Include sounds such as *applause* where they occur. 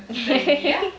*laughs*